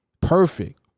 Perfect